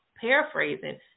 paraphrasing